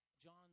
John